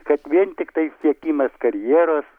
kad vien tiktai siekimas karjeros